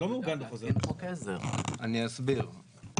אני אסביר.